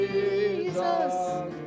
Jesus